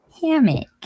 hammock